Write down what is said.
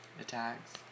attacks